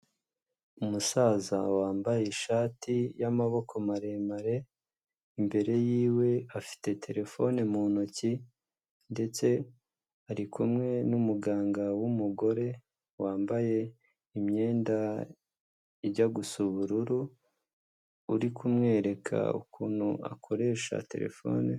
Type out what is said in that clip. Umusaza wambaye ishati y'maboko maremare, imbere yiwe afite terefone mu ntoki ndetse ariku kumwe n'umuganga w'umugore wambaye imyenda ijya gu gusa ubururu uri kumwereka ukuntu akoresha terefone.